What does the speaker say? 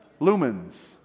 lumens